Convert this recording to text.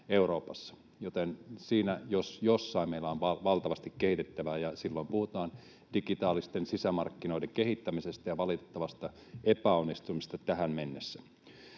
Euroopassa, joten siinä jos jossain meillä on valtavasti kehitettävää — ja silloin puhutaan digitaalisten sisämarkkinoiden kehittämisestä ja valitettavasta epäonnistumisesta tähän mennessä.